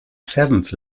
seventh